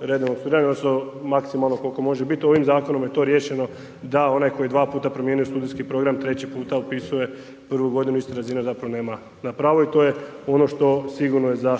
redovnog studiranja, odnosno, maksimalno koliko može biti. Ovim zakonom je to riješeno da onaj koji je 2 puta promijenio studentski program, treći puta upisuje drugu godine iste razine nema na pravo i to je ono što je sigurno za